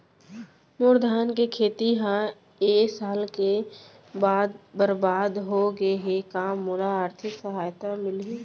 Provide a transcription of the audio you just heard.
मोर धान के खेती ह ए साल के बाढ़ म बरबाद हो गे हे का मोला आर्थिक सहायता मिलही?